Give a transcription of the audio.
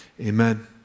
Amen